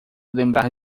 lembrar